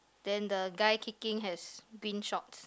then the guy kicking has green shorts